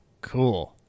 Cool